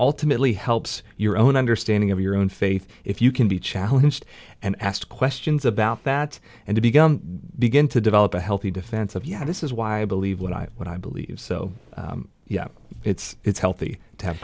ultimately helps your own understanding of your own faith if you can be challenged and ask questions about that and to be begin to develop a healthy defense of yeah this is why i believe what i what i believe so yeah it's it's healthy to have a